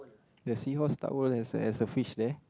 the seahorse start world has a has a fish there